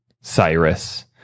Cyrus